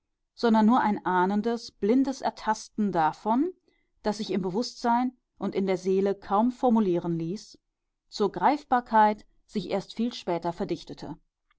sondern nur ein ahnendes blindes ertasten davon das sich im bewußtsein und in der seele kaum formulieren ließ zur greifbarkeit sich erst viel später verdichtete